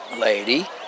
lady